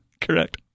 Correct